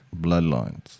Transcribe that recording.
bloodlines